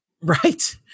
right